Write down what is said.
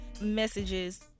messages